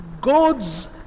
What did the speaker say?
God's